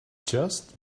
just